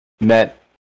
met